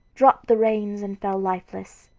dropped the reins, and fell lifeless.